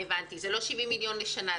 כלומר זה לא 70 מיליון שקל לשנה,